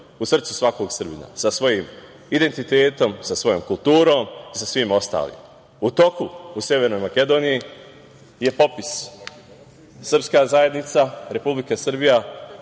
u srcu svakog Srbina, sa svojim identitetom, sa svojom kulturom i sa svim ostalim.U Severnoj Makedoniji je u toku popis. Srpska zajednica, Republika Srbija